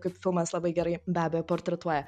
kaip filmas labai gerai be abejo portretuoja